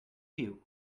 you